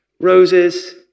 roses